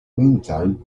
meantime